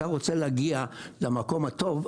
אתה רוצה להגיע למקום הטוב,